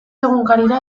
egunkarira